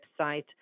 website